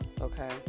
okay